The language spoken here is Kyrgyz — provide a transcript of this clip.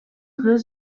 кыз